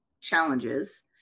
challenges